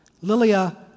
Lilia